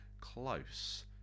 close